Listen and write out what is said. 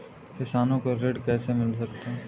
किसानों को ऋण कैसे मिल सकता है?